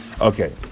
Okay